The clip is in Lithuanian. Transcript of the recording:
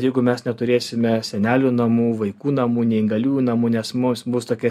jeigu mes neturėsime senelių namų vaikų namų neįgaliųjų namų nes mus bus tokia